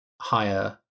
higher